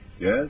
Yes